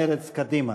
מרצ וקדימה.